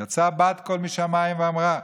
יצאה בת קול משמיים ואמרה: